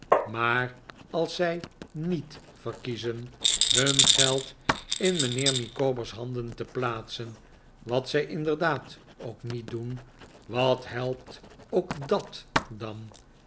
maar als zij niet verkiezen hun geld in mijnheer micawber's handen te plaatsen wat zij inderdaad ook niet doen wat helpt ook dat dan